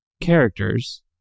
characters